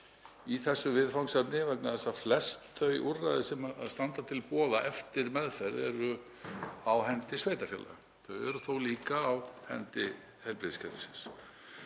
í þessu viðfangsefni vegna þess að flest þau úrræði sem standa til boða eftir meðferð eru á hendi sveitarfélaga, en þau eru þó líka á hendi heilbrigðiskerfisins.